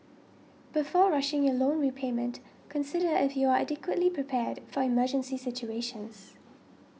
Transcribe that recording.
before rushing your loan repayment consider if you are adequately prepared for emergency situations